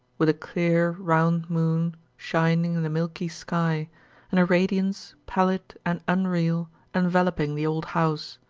with a clear, round moon shining in the milky sky and a radiance pallid and unreal enveloping the old house,